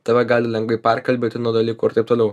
tave gali lengvai perkalbėti nuo dalykų ir taip toliau